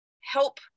help